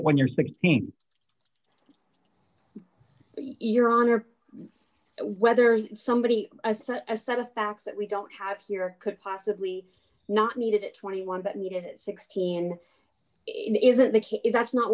it when you're sixteen you're on or whether somebody a set of facts that we don't have here could possibly not needed it twenty one but needed it sixteen isn't the case that's not